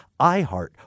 iHeart